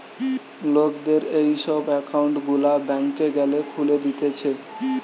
লোকদের এই সব একউন্ট গুলা ব্যাংকে গ্যালে খুলে দিতেছে